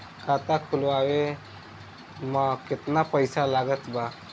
खाता खुलावे म केतना पईसा लागत बा?